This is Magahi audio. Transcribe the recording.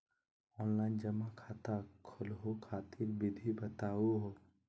ऑनलाइन जमा खाता खोलहु खातिर विधि बताहु हो?